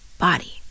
body